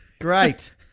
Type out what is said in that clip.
Great